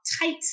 tight